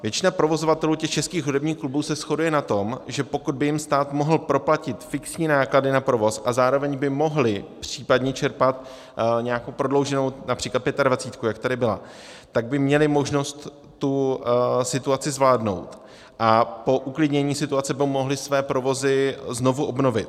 Většina provozovatelů českých hudebních klubů se shoduje na tom, že pokud by jim stát mohl proplatit fixní náklady na provoz a zároveň by mohli případně čerpat nějakou prodlouženou například Pětadvacítku, jak tady byla, tak by měli možnost tu situaci zvládnout a po uklidnění situace by mohli své provozy znovu obnovit.